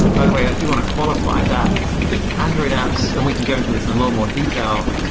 by the way, i do want to qualify that android apps, and we can go into this in a little more detail,